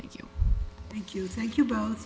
thank you thank you thank you both